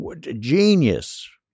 genius